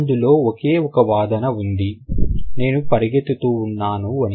అందులో ఒకే ఒక వాదన ఉంది నేను పరిగెత్తుతూ ఉన్నాను అని